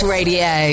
Radio